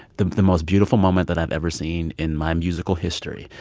the the most beautiful moment that i've ever seen in my musical history.